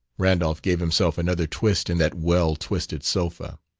randolph gave himself another twist in that well-twisted sofa.